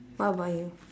what about you